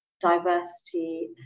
diversity